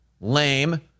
lame